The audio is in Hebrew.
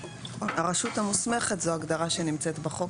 הרשות המוסמכת זו הגדרה שנמצאת בחוק